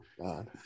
God